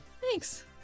Thanks